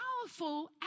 powerful